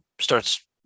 starts